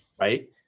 right